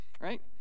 right